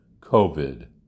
covid